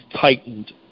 tightened